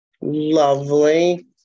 lovely